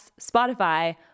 Spotify